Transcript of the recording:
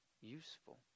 useful